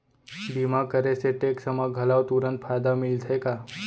बीमा करे से टेक्स मा घलव तुरंत फायदा मिलथे का?